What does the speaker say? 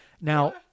Now